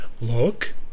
Look